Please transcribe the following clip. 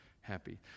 happy